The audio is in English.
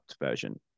version